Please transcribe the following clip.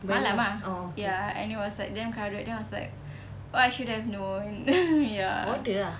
malam ah ya and it was like damn crowded then I was like oh I should have known ya